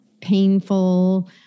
painful